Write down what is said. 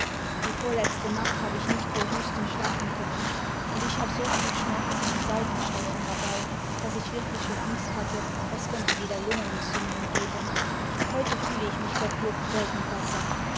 die vorletzte nacht habe ich nicht vor husten schlafen können und ich hab so viel schmerzen und seitenstechen dabei daß ich wirklich schon angst hatte es könnte wieder limgenentzündimg geben heute fühle ich mich gottlob bedeutend besser